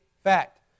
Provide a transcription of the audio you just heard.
fact